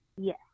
Yes